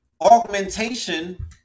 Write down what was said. augmentation